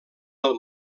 del